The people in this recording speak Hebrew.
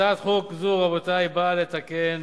הצעת חוק זו, רבותי, באה לתקן